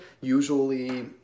usually